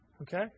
Okay